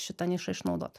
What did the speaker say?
šitą nišą išnaudot